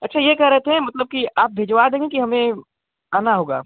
अच्छा ये कहे रहे थे मतलब कि आप भिजवा देंगे कि हमें आना होगा